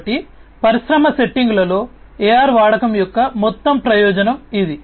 కాబట్టి పరిశ్రమ సెట్టింగులలో AR వాడకం యొక్క మొత్తం ప్రయోజనం ఇది